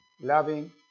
loving